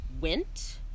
went